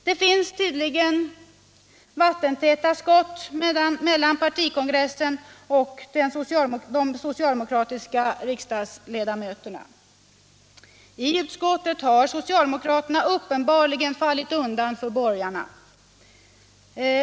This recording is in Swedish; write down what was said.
Det finns tydligen vattentäta skott mellan partikongressen och de socialdemokratiska riksdagsledamöterna. I utskottet har socialdemokraterna uppenbarligen fallit undan för borgarna.